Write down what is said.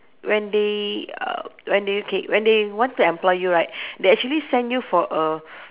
when they uh when they K when they want to employ you right they actually send you for a